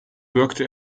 wirkte